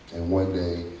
and one day,